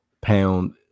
pound